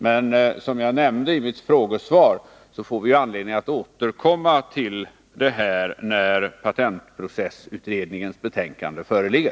Men vi får, som jag nämnde i mitt frågesvar, anledning att återkomma till detta när patentprocessutredningens betänkande föreligger.